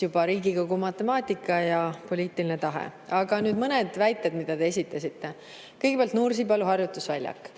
juba Riigikogu matemaatika ja poliitiline tahe. Aga mõned väited, mis te esitasite. Kõigepealt Nursipalu harjutusväli.